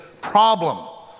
problem